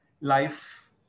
life